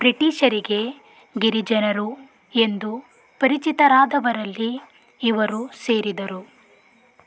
ಬ್ರಿಟಿಷರಿಗೆ ಗಿರಿಜನರು ಎಂದು ಪರಿಚಿತರಾದವರಲ್ಲಿ ಇವರು ಸೇರಿದರು